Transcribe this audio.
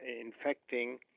infecting